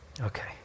Okay